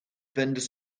vendor